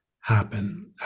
happen